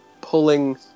pulling